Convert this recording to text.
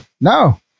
no